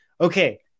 Okay